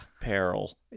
peril